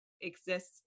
exists